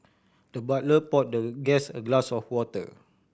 the butler poured the guest a glass of water